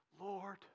Lord